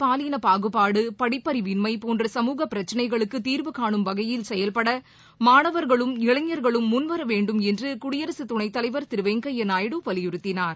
பாலின பாகுபாடு படிப்பநிவின்மை போன்ற சமூக பிரச்சனைகளுக்கு தீர்வு கானும் வகையில் செயல்பட மாணவர்களும் இளைஞர்களும் முன்வர வேண்டும் என்று குடியரகத் துணைத் தலைவர் திரு வெங்கய்யா நாயுடு வலியுறுத்தினார்